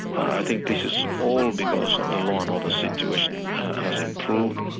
i think this is all because of the law and order situation has improved.